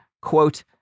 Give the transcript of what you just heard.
quote